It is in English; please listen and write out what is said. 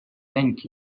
thank